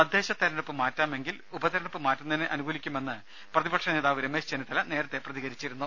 തദ്ദേശ തെരഞ്ഞെടുപ്പ് മാറ്റാമെങ്കിൽ ഉപതെരഞ്ഞെടുപ്പ് മാറ്റുന്നതിനെ അനുകൂലിക്കുമെന്ന് പ്രതിപക്ഷ നേതാവ് രമേശ് ചെന്നിത്തല നേരത്തെ പ്രതികരിച്ചിരുന്നു